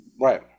Right